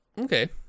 Okay